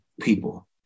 people